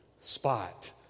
spot